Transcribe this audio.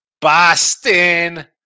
Boston